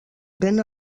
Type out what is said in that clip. ben